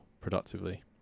productively